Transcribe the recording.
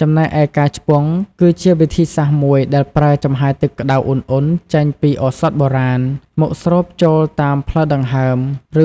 ចំណែកឯការឆ្ពង់ គឺជាវិធីសាស្ត្រមួយដែលប្រើ ចំហាយទឹកក្តៅឧណ្ឌៗចេញពីឱសថបុរាណ មកស្រូបចូលតាមផ្លូវដង្ហើម